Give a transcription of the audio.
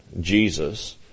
Jesus